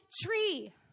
tree